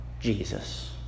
Jesus